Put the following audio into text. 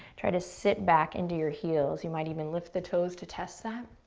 try to sit back into your heels. you might even lift the toes to test that.